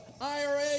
IRA